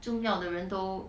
重要的人都